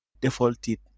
defaulted